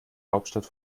hauptstadt